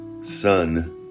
son